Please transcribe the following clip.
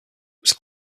was